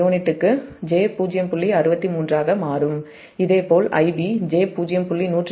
63 ஆக மாறும் இதேபோல் Ib j0